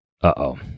Uh-oh